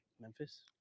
Memphis